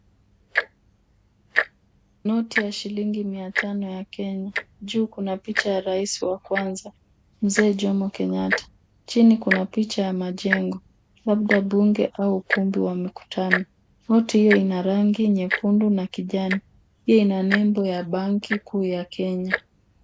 Noti ya shilingi mio tano ya Kenya, juu kunma picha ya rais wa kwanza Mzee Jomo Kenyatta. Chini kuna picha ya jengo labda bunge au ukumbi wa mkiutano. Noti hiyo ina rangi nyekundu na kijani. Pia ina nembo ya banki kuu ya Kenya.